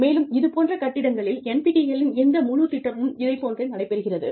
மேலும் இதே போன்ற கட்டிடங்களில் NPTEL இன் இந்த முழு திட்டமும் இதைப் போன்றே நடைபெறுகிறது